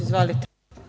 Izvolite.